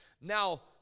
Now